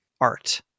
art